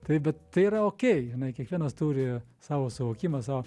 taip bet tai yra okei inai kiekvienas turi savo suvokimą savo